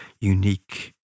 unique